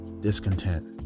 discontent